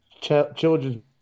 children's